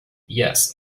yes